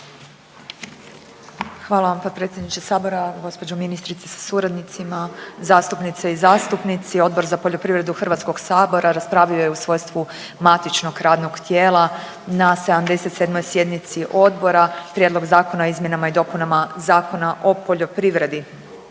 Hvala vam potpredsjedniče sabora. Gospođo ministrice sa suradnicima, zastupnice i zastupnici, Odbor za poljoprivredu Hrvatskog sabora raspravljao je u svojstvu matičnog radnog tijela na 77. sjednici odbora Prijedlog Zakona o izmjenama i dopunama Zakona o poljoprivredi.